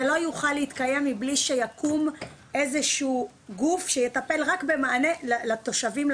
זה לא יוכל להתקיים מבלי שיקום איזה שהוא גוף שיטפל רק במענה לתושבים,